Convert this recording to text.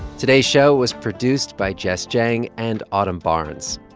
today's show was produced by jess jiang and autumn barnes,